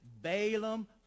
Balaam